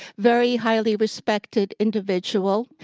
very highly respected individual.